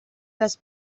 les